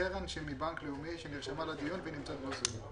קרן מבנק לאומי שנרשמה לדיון ונמצאת בזום.